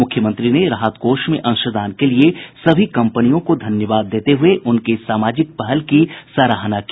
मुख्यमंत्री ने राहत कोष में अंशदान के लिये सभी कंपनियों को धन्यवाद देते हुए उनके इस सामाजिक पहल की सराहना की